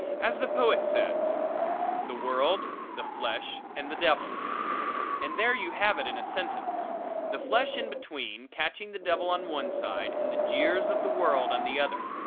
as the poet says the world, the flesh and the devil and there you have it in a sentence the flesh in between, catching the devil on one side and the jeers of the world on the other.